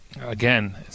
again